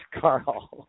Carl